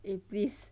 eh please